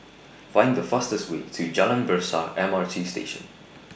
Find The fastest Way to Jalan Besar M R T Station